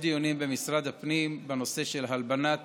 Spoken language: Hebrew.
יש דיונים במשרד הפנים בנושא של הלבנת